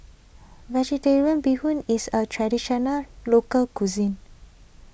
Vegetarian Bee Hoon is a Traditional Local Cuisine